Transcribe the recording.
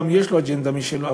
יש לו אג'נדה משלו,